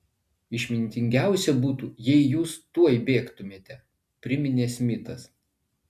išmintingiausia būtų jeigu jūs tuoj bėgtumėte priminė smitas